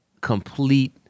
complete